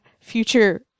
future